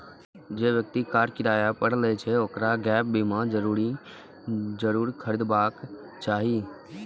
जे व्यक्ति कार किराया पर लै छै, ओकरा गैप बीमा जरूर खरीदबाक चाही